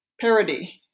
parody